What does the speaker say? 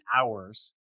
hours